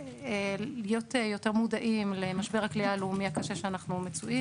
יותר מודעים למשבר הכליאה הלאומי הקשה שאנחנו מצויים